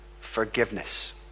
forgiveness